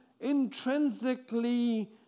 intrinsically